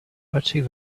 watching